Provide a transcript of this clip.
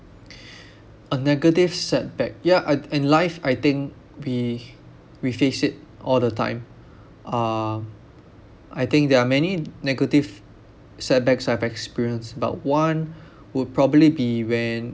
a negative setback yeah I in life I think we we face it all the time uh I think there are many negative setbacks I've experienced but one would probably be when